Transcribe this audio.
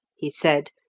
he said,